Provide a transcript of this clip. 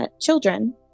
children